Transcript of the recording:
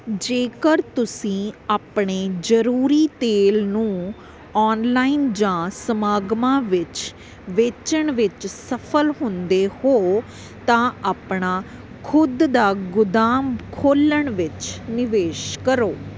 ਜੇਕਰ ਤੁਸੀਂ ਆਪਣੇ ਜ਼ਰੂਰੀ ਤੇਲ ਨੂੰ ਔਨਲਾਈਨ ਜਾਂ ਸਮਾਗਮਾਂ ਵਿੱਚ ਵੇਚਣ ਵਿੱਚ ਸਫਲ ਹੁੰਦੇ ਹੋ ਤਾਂ ਆਪਣਾ ਖੁਦ ਦਾ ਗੁਦਾਮ ਖੋਲ੍ਹਣ ਵਿੱਚ ਨਿਵੇਸ਼ ਕਰੋ